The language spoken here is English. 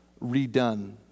redone